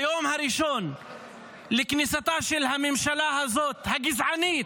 ביום הראשון לכניסתה של הממשלה הזאת, הגזענית,